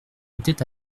était